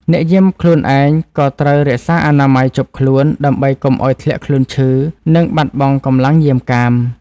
អ្នកយាមខ្លួនឯងក៏ត្រូវរក្សាអនាម័យជាប់ខ្លួន ដើម្បីកុំឱ្យធ្លាក់ខ្លួនឈឺ និងបាត់បង់កម្លាំងយាមកាម។